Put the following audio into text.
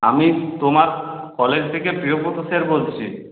আমি তোমার কলেজ থেকে প্রিয়ব্রত স্যার বলছি